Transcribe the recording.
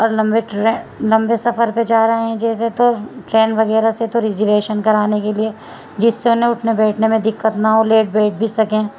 اور لمبے ٹرین لمبے سفر پہ جا رہے ہیں جیسے تو ٹرین وغیرہ سے تو ریزیویشن کرانے کے لیے جس سے انہیں اٹھنے بیٹھنے میں دقت نہ ہو لیٹ بیٹھ بھی سکیں